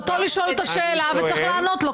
חובתו לשאול את השאלה ויש לענות לו.